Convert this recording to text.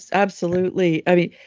absolutely. i mean,